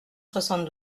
soixante